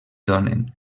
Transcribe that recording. donen